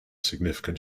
significant